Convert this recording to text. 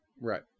right